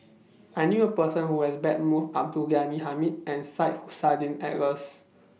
I knew A Person Who has Met Both Abdul Ghani Hamid and Syed Hussein Alatas